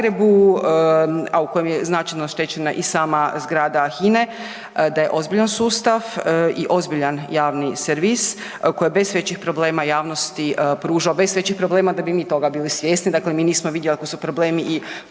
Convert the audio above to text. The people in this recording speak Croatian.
a u kojem je značajno oštećena i sama zgrada HINA-e da je ozbiljan sustav i ozbiljan javni servis koji bez većih problema javnosti pružao, bez većih problema da bi mi toga bili svjesni, dakle mi nismo vidjeli ako su problemi i postojali